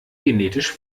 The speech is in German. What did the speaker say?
genetisch